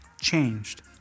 changed